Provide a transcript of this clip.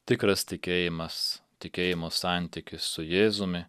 tikras tikėjimas tikėjimo santykis su jėzumi